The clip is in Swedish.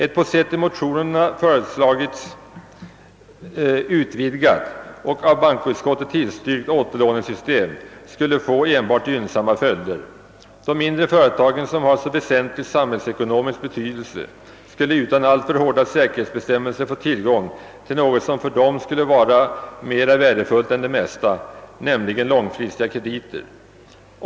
Ett på sätt i motionerna föreslagits utvidgat och av bankoutskottet tillstyrkt återlånesystem skulle få enbart gynnsamma följder. De mindre företagen, som har så väsentlig samhällsekonomisk betydelse, skulle utan alltför hårda säkerhetsbestämmelser få tillgång till något som för dem skulle vara mera värdefullt än det mesta, nämligen långfristiga krediter.